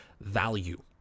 value